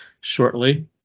shortly